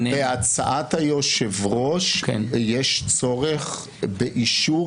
בהצעת היושב-ראש יש צורך באישור